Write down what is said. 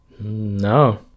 No